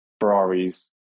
Ferrari's